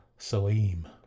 Salim